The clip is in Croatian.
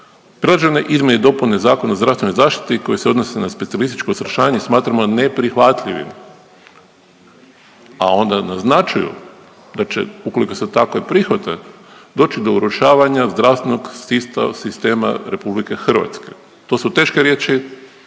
Predložene izmjene i dopune Zakona o zdravstvenoj zaštiti koje se odnose na specijalističko usavršavanje smatramo neprihvatljivim, a onda naznačuju da će ukoliko se takve prihvate doći do urušavanja zdravstvenog sistema Republike Hrvatske. To su teške riječi